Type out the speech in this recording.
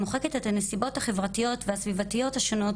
מוחקת את הנסיבות החברתיות והסביבתיות השונות,